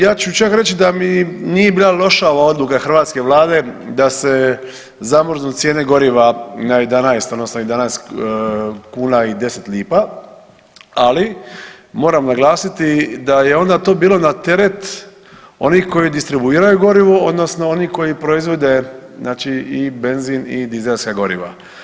Ja ću čak reći da mi nije bila loša ova odluka hrvatske Vlade da se zamrznu cijene goriva na 11, odnosno 11 kuna i 10 lipa, ali moram naglasiti da je to bilo na teret onih koji distribuiraju gorivo, odnosno oni koji proizvode, znači i benzin i dizelska goriva.